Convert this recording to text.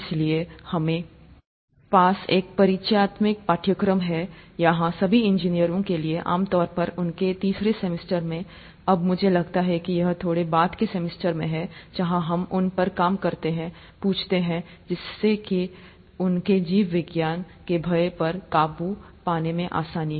इसलिए हमारे पास एक परिचयात्मक पाठ्यक्रम है यहां सभी इंजीनियरों के लिए आमतौर पर उनके तीसरे सेमेस्टर में अब मुझे लगता है कि यह थोड़ा बाद के सेमेस्टर में है जहाँ हम उन पर काम करते है पूछते है जिससे से उनके जीव विज्ञान से भय पर काबू पाने आसनी